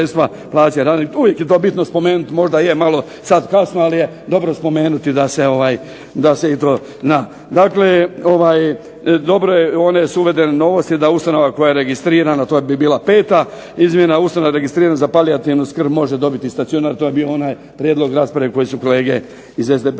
Uvijek je to bitno spomenuti, možda je sada malo kasno ali je dobro spomenuti da se i to zna. Dakle, dobro je da su uvedene novosti da ustanova koja je registrirana, a to bila peta izmjena ... registrirana da palijativnu skrb može dobiti stacionar. To je bio onaj prijedlog rasprave koje su kolege iz SDP-a